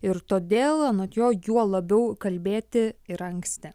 ir todėl anot jo juo labiau kalbėti ir anksti